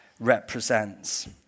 represents